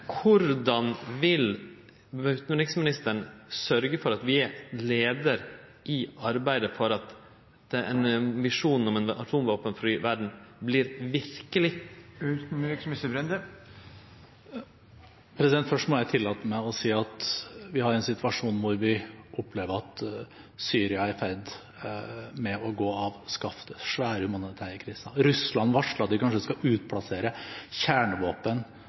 vil utanriksministeren sørgje for at vi er ein leiar i arbeidet for at visjonen om ei atomvåpenfri verd vert verkeleg? Først må jeg tillate meg å si at vi har en situasjon hvor vi opplever at Syria er i ferd med å gå av skaftet, vi har svære humanitære kriser, Russland varsler at de kanskje skal utplassere kjernevåpen